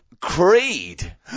Creed